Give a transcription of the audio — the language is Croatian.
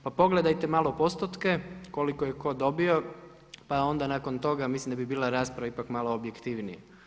Pa pogledajte malo postotke koliko je ko dobio pa onda nakon toga mislim da bi bila rasprava malo objektivnija.